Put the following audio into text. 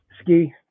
ski